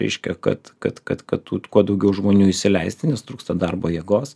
reiškia kad kad kad kad tų t kuo daugiau žmonių įsileisti nes trūksta darbo jėgos